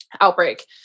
Outbreak